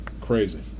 crazy